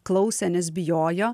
klausė nes bijojo